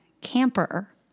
camper